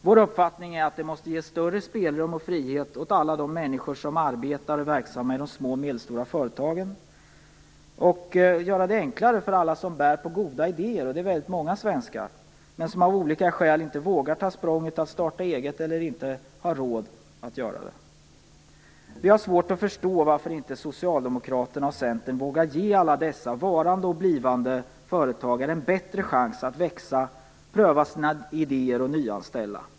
Vår uppfattning är att det måste ges större spelrum och frihet åt alla de människor som arbetar och är verksamma i de små och medelstora företagen. Man måste också göra det enklare för alla som bär på goda idéer - och det gör väldigt många svenskar - men som av olika skäl inte vågar eller som inte har råd att ta språnget att starta eget. Vi har svårt att förstå varför inte Socialdemokraterna och Centern vågar ge alla dessa varande och blivande företagare en bättre chans att växa, pröva sina idéer och nyanställa.